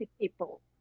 people